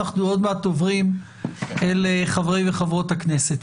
עוד מעט אנחנו עוברים אל חברי וחברות הכנסת.